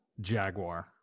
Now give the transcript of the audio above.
jaguar